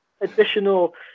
additional